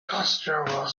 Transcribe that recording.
considerable